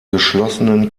geschlossenen